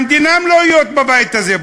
גם דינם לא להיות בבית הזה.